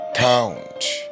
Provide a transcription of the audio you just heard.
Count